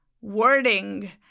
wording